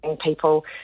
people